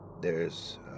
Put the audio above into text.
There's